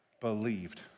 believed